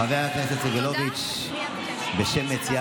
חבר הכנסת סגלוביץ' ישיב בשם מציעי